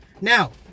Now